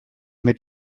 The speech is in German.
mit